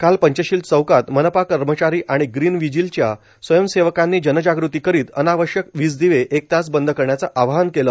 काल पंचशील चौकात मनपा कर्मचारी आणि ग्रीन व्हिजीलच्या स्वयंसेवकांनी जनजागृती करीत अनावश्यक वीज दिवे एक तास बंद करण्याचं आवाहन केलं